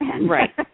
Right